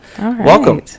Welcome